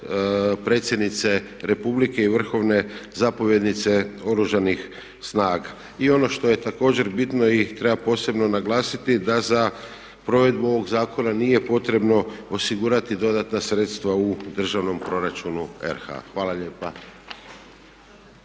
predsjednice Republike i vrhovne zapovjednice Oružanih snaga. I ono što je također bitno i treba posebno naglasiti da za provedbu ovog zakona nije potrebno osigurati dodatna sredstva u državnom proračunu RH. Hvala lijepa.